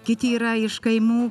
kiti yra iš kaimų